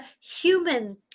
human